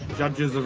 judges of